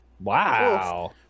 Wow